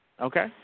Okay